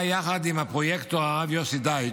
יחד עם הפרויקטור הרב יוסי דייטש,